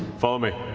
follow me.